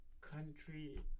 Country